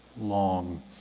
long